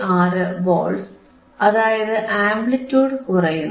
96 volts അതായത് amplitude കുറയുന്നു